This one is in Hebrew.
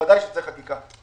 בוודאי שצריך חקיקה.